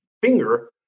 finger